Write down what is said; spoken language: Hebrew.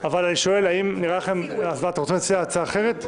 אבל אני שואל, אתה רוצה להציע הצעה אחרת?